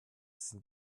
sind